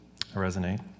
resonate